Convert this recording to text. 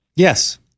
Yes